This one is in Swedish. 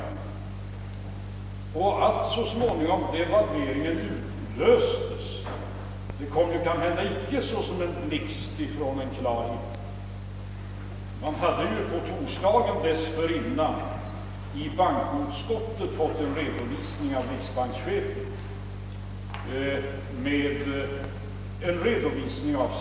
Att devalveringen så småningom utlöstes, kom ju inte såsom en blixt från en klar himmel. Man hade på torsdagen dessförinnan i bankoutskottet fått en redovisning för situationen av riksbankschefen.